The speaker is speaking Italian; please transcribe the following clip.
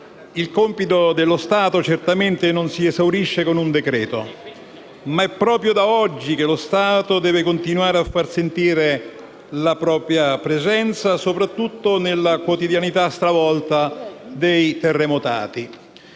Il compito dello Stato certamente non si esaurisce con un decreto, ma è proprio da oggi che lo Stato deve continuare a far sentire la propria presenza soprattutto nella quotidianità stravolta dei terremotati.